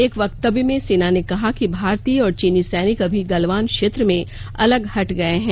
एक वक्तव्य में सेना ने कहा कि भारतीय और चीनी सैनिक अभी गलवान क्षेत्र में अलग हट गए हैं